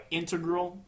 integral